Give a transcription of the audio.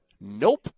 nope